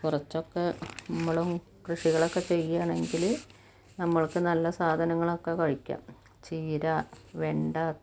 കുറച്ചൊക്കെ നമ്മളും കൃഷികളൊക്കെ ചെയ്യാനെങ്കില് നമ്മള്ക്ക് നല്ല സാധനങ്ങളൊക്കെ കഴിക്കാം ചീര വെണ്ട